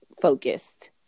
focused